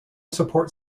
support